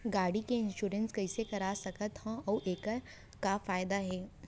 गाड़ी के इन्श्योरेन्स कइसे करा सकत हवं अऊ एखर का फायदा हे?